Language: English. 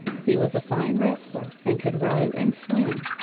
he was a fine wrestler and could row and swim.